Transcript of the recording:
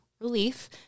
relief